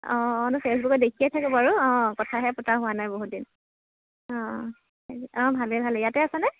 অঁ অঁ নহয় ফেচবুকত দেখিয়েই থাকো বাৰু অঁ কথাহে পতা হোৱা নাই বহুতদিন অঁ অঁ ভালেই অঁ ভালেই ভালেই ইয়াতে আছানে